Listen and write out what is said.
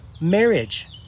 marriage